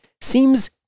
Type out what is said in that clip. seems